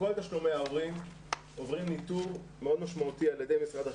כל תשלומי ההורים עוברים ניטור משמעותי על ידי משרד החינוך,